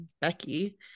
Becky